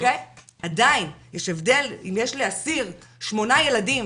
עדיין יש הבדל אם יש לאסיר 8 ילדים